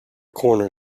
corner